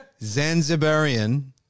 Zanzibarian